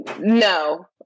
No